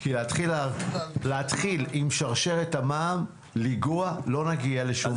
כי אם נתחיל לגעת בשרשרת המע"מ לא נגיע לשום מקום.